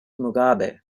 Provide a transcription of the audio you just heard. mugabe